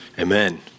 Amen